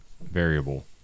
variable